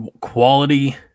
quality